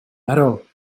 jaro